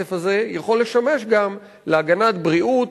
מהכסף הזה יכול לשמש גם להגנת בריאות,